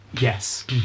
Yes